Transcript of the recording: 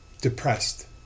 Depressed